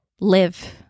live